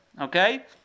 Okay